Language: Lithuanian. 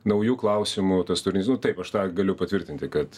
naujų klausimų tas turinys nu taip aš tą galiu patvirtinti kad